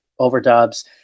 overdubs